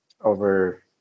over